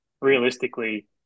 realistically